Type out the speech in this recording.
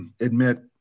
admit